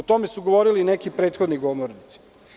O tome su govorili neki prethodni govornici.